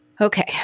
Okay